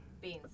beans